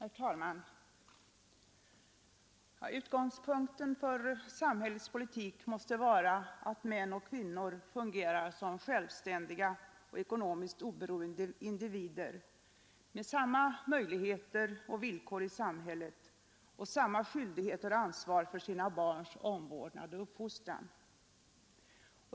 Herr talman! Utgångspunkten för samhällets politik måste vara att män och kvinnor fungerar som självständiga och ekonomiskt oberoende individer med samma möjligheter och villkor i samhället och samma skyldigheter och ansvar för sina barns omvårdnad och uppfostran.